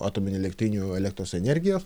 atominių elektrinių elektros energijos